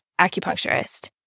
acupuncturist